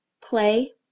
Play